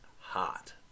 hot